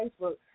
Facebook